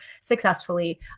successfully